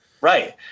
Right